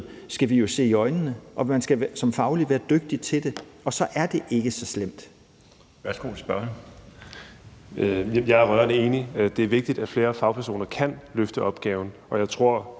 skal vi jo se i øjnene, og man skal som faglig være dygtig til det, og så er det ikke så slemt.